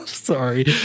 Sorry